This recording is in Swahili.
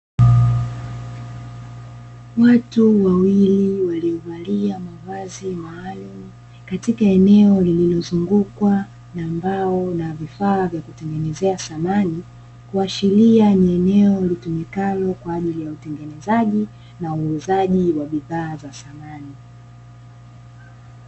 Watu wawili waliovalia mavazi maalum katika eneo, lililozungukwa na mbao na vifaa vya kutengenezea samani, kuashiria ni eneo litumikalo kwa utengenezaji na uuzaji wa bidhaa za samani.